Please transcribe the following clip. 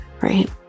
Right